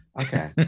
Okay